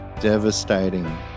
devastating